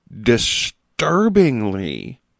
disturbingly